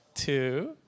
Two